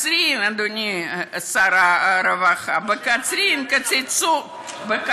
אדוני שר הרווחה, אני מקשיב לך, ואני גם אענה לך.